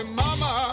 mama